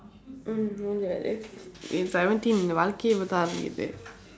mm if seventeen என் வாழ்க்கையே இப்பதான் ஆரம்பிக்குது:en vaazhkkaiyee ippathaan aarampikkuthu